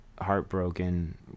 heartbroken